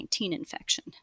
infection